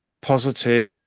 positive